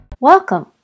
Welcome